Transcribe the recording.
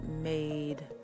made